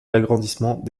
l’agrandissement